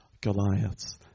Goliaths